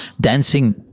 dancing